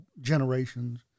generations